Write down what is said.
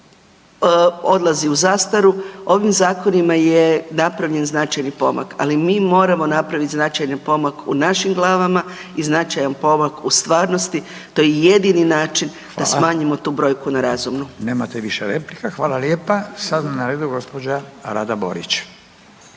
odlazi u zastaru. Ovim zakonima je napravljen značajan pomak, ali mi moramo napraviti značajni pomak u našim glavama i značajan pomak u stvarnosti. To je jedini način da smanjimo …/Upadica: Hvala./… tu brojku na razumnu. **Radin, Furio (Nezavisni)** Nemate više replika, hvala lijepa. Sada je na redu gospođa Rada Borić.